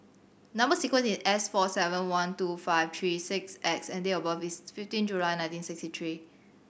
number sequence is S four seven one two five three six X and date of birth is fifteen July nineteen sixty three